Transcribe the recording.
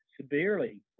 severely